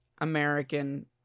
American